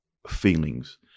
Feelings